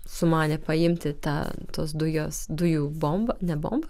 sumanė paimti tą tos dujos dujų bombą ne bombą